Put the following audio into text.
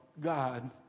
God